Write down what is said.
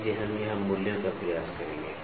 इसलिए हम यहां मूल्यों का प्रयास करेंगे